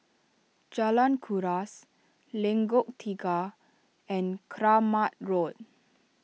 Jalan Kuras Lengkok Tiga and Kramat Road